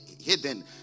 hidden